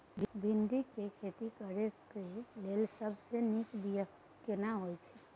भिंडी के खेती करेक लैल सबसे नीक बिया केना होय छै?